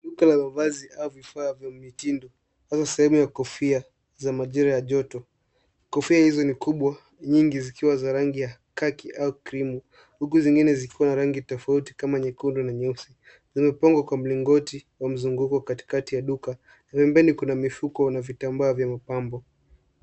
Duka la mavazi au vifaa vya umitindu hasa sehemu ya kofia za majira ya joto kofia hizo ni kubwa nyingi zikiwa za rangi ya kaki au krimu huku zingine zikiwa na rangi tofauti kama nyekundu na nyeusi zilizopangwa kwa mlingoti wa mzunguko kati kati ya duka na pembeni kuna mifuko na vitambaa vya mapambo